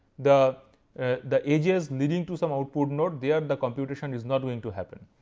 the the edges leading to some output node there, the computation is not going to happen.